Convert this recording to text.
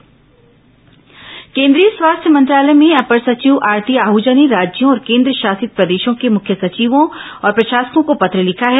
केन्द्र त्यौहार केंद्रीय स्वास्थ्य मंत्रालय में अपर सचिव आरती आहूजा ने राज्यों और केन्द्रशासित प्रदेशों के मुख्य सचिवों और प्रशासकों को पत्र लिखा है